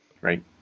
right